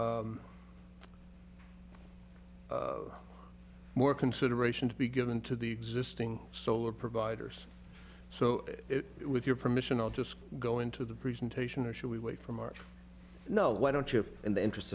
more more consideration to be given to the existing solar providers so it with your permission i'll just go into the presentation or should we wait for march no why don't you have in the interest